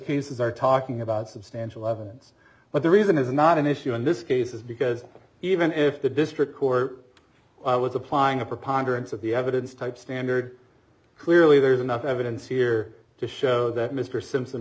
cases are talking about substantial evidence but the reason is not an issue in this case is because even if the district court i was applying a preponderance of the evidence type standard clearly there's enough evidence here to show that mr simpson